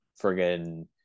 friggin